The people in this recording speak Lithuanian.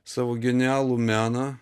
savo genialų meną